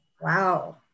wow